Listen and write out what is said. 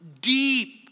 deep